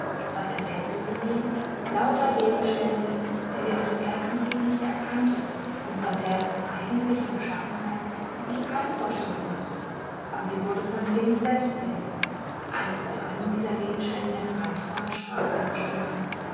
was entdeckte sie hier lauter gegenstände die sie auf den ersten blick nicht erkannte und von deren eigentlicher beschaffenheit sie sich keine vorstellung machte aber sie wurde von den dingen selbst belehrt als sie zu einem dieser gegenstände herantrat sprach eine stimme